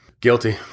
Guilty